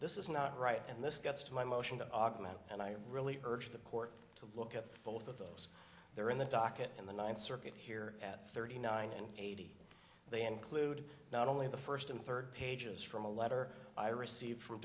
this is not right and this gets to my motion to augment and i really urge the court to look at both of those they're in the docket in the ninth circuit here at thirty nine and eighty they include not only the first and third pages from a letter i received f